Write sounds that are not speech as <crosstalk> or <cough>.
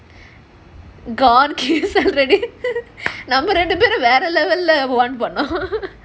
gone case already <laughs> நாம ரெண்டு பெரும் வேற:namma rendu perum vera level lah plan பண்ணோம்:pannom